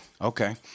Okay